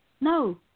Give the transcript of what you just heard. No